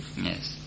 Yes